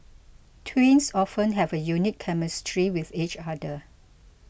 twins often have a unique chemistry with each other